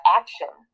action